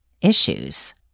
issues